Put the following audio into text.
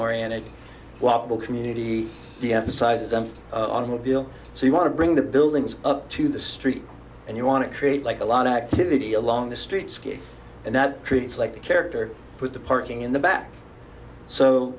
oriented walkable community deemphasized automobile so you want to bring the buildings up to the street and you want to create like a lot of activity along the streets and that creates like the character put the parking in the back so